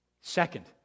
Second